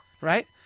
right